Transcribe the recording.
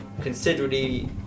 considerably